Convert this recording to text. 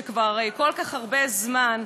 שכבר כל כך הרבה זמן,